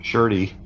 Shirty